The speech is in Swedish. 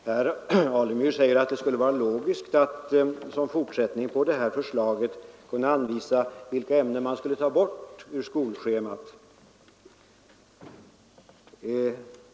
Herr talman! Herr Alemyr säger att det är logiskt att som en fortsättning på vårt förslag anvisa vilka ämnen som bör kunna tas bort ur skolschemat.